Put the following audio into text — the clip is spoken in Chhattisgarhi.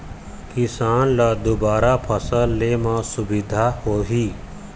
किसान ल दुबारा फसल ले म सुभिता होही